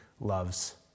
loves